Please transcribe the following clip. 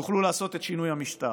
יוכלו לעשות את שינוי המשטר.